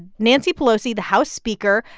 nancy pelosi, the house speaker,